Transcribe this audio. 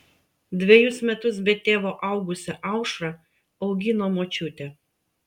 dvejus metus be tėvo augusią aušrą augino močiutė